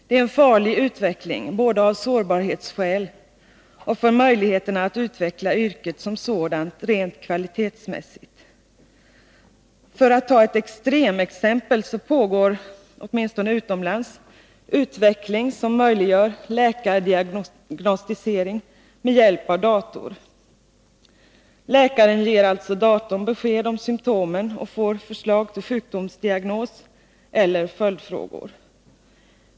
Det är en farlig utveckling, både av sårbarhetsskäl och för möjligheterna att utveckla yrket som sådant rent kvalitetsmässigt. För att ta ett extremexempel kan jag nämna att det pågår — åtminstone utomlands — en utveckling som möjliggör läkardiagnostisering med hjälp av dator. Läkaren ger alltså datorn besked om symtomen och får förslag till sjukdomsdiagnos eller får följdfrågor.